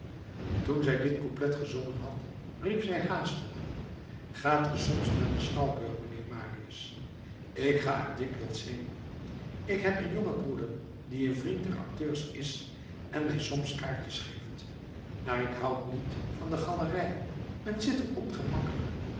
toen zij dit couplet gezongen had riep zij haastig gaat ge soms naar den schouwburg mijnheer marius ik ga er dikwijls heen ik heb een jongen broeder die een vriend der acteurs is en mij soms kaartjes geeft maar ik houd niet van de galerij men zit er ongemakkelijk